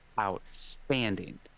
outstanding